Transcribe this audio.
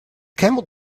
camel